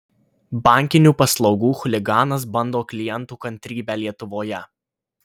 bankinių paslaugų chuliganas bando klientų kantrybę lietuvoje